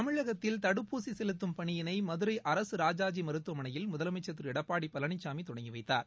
தமிழகத்தில் தடுப்பூசி செலுத்தும் பணியினை மதுரை அரசு ராஜாஜி மருத்துவமனையில் முதலமைச்சா் திரு எடப்பாடி பழனிசாமி தொடங்கி வைத்தார்